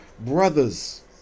brothers